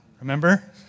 Remember